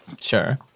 Sure